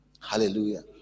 Hallelujah